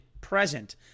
present